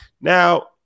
Now